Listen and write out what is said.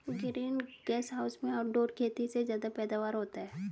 green gas house में outdoor खेती से ज्यादा पैदावार होता है